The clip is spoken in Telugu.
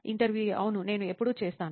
ఇంటర్వ్యూఈ అవును నేను ఎప్పుడూ చేస్తాను